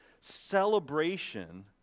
celebration